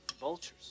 vultures